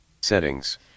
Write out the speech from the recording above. Settings